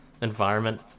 environment